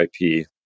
IP